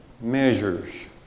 measures